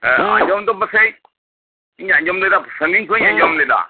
ᱦᱮᱸ ᱟᱸᱡᱚᱢ ᱫᱚ ᱯᱟᱥᱮᱡ ᱤᱧ ᱟᱸᱡᱚᱢ ᱞᱮᱫᱟ ᱥᱟᱺᱜᱤᱧ ᱠᱷᱚᱡ ᱤᱧ ᱟᱸᱡᱚᱢ ᱞᱮᱫᱟ